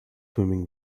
swimming